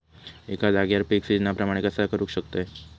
एका जाग्यार पीक सिजना प्रमाणे कसा करुक शकतय?